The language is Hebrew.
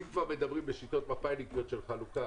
אם כבר מדברים בשיטות מפא"יניקיות של חלוקה,